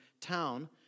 town